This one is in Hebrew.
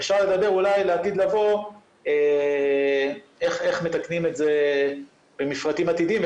אפשר לדבר אולי לעתיד לבוא איך מתקנים את זה במפרטים עתידיים,